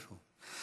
איפה הוא?